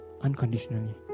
unconditionally